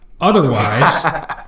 Otherwise